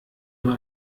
nur